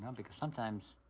um because sometimes,